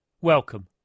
Welcome